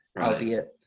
albeit